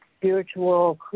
spiritual